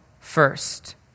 first